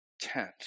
tent